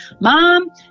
mom